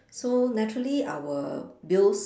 so naturally our bills